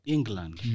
England